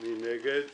מי נגד?